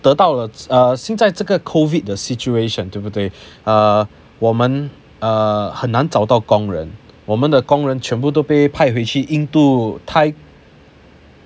得到了 uh 现在这个 COVID 的 situation 对不对 uh 我们 uh 很难找到工人我们的工人全部都被派回去印度泰